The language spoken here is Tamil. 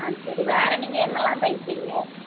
ஆ சரி வேறு நீங்கள் என்னெல்லாம் தைப்பீங்க